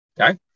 Okay